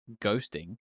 ghosting